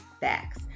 facts